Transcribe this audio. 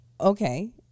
Okay